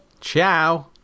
Ciao